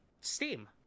Steam